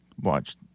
watch